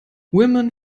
women